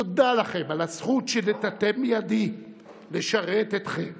תודה לכם על הזכות שנתתם בידי לשרת אתכם